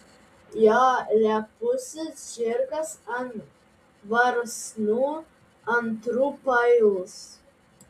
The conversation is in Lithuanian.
jo lepusis žirgas ant varsnų antrų pails